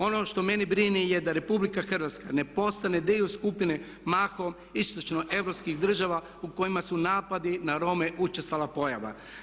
Ono što mene brine je da RH ne postane dio skupine mahom Istočno europskih država u kojima su napadi na Rome učestala pojava.